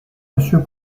monsieur